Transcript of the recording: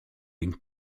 den